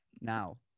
Now